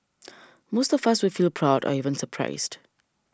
most of us would feel proud or even surprised